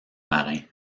marin